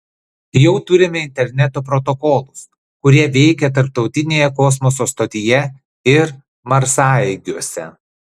jau turime interneto protokolus kurie veikia tarptautinėje kosmoso stotyje ir marsaeigiuose